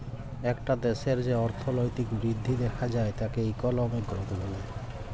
একটা দ্যাশের যে অর্থলৈতিক বৃদ্ধি দ্যাখা যায় তাকে ইকলমিক গ্রথ ব্যলে